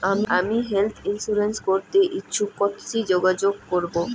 আমি health insurance করতে ইচ্ছুক কথসি যোগাযোগ করবো?